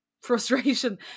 frustration